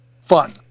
fun